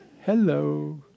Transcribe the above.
Hello